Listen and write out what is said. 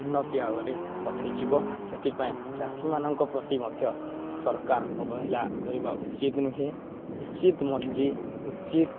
ଉନ୍ନତି ଆଗରେ ପଥେଇଯିବ ସେଥିପାଇଁ ଚାଷୀମାନଙ୍କ ପ୍ରତି ମଧ୍ୟ ସରକାର ଅବହେଳା କରିବା ଉଚିତ୍ ନୁହେଁ ଉଚିତ ମଞ୍ଜି ଉଚିତ୍